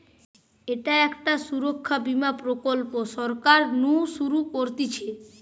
ইটা একটা সুরক্ষা বীমা প্রকল্প সরকার নু শুরু করতিছে